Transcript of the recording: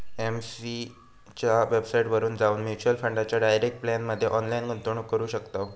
AMC च्या वेबसाईटवर जाऊन म्युच्युअल फंडाच्या डायरेक्ट प्लॅनमध्ये ऑनलाईन गुंतवणूक करू शकताव